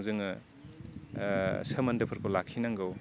रजों जोङो सोमोन्दोफोरखौ लाखिनांगौ